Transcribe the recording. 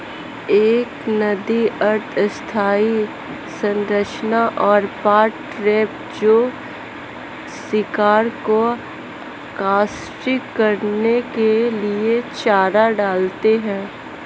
एक नदी अर्ध स्थायी संरचना और पॉट ट्रैप जो शिकार को आकर्षित करने के लिए चारा डालते हैं